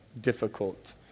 difficult